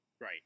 Right